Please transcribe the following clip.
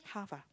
half ah